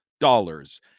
dollars